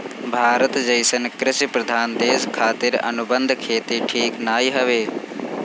भारत जइसन कृषि प्रधान देश खातिर अनुबंध खेती ठीक नाइ हवे